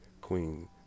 queen